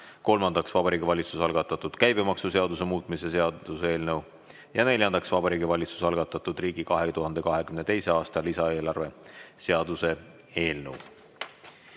Kolmandaks, Vabariigi Valitsuse algatatud käibemaksuseaduse muutmise seaduse eelnõu. Neljandaks, Vabariigi Valitsuse algatatud riigi 2022. aasta lisaeelarve seaduse eelnõu.